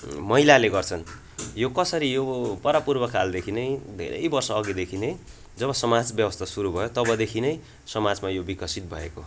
महिलाले गर्छन् यो कसरी यो परापूर्व कालदेखि नै धेरै वर्ष अघिदेखि नै जब समाज व्यवस्था सुरु भयो तबदेखि नै समाजमा यो विकसित भएको